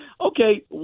okay